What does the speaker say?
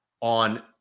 on